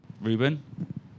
Ruben